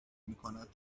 میکند